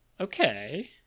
okay